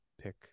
pick